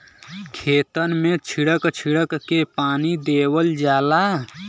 खेतन मे छीड़क छीड़क के पानी देवल जाला